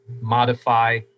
modify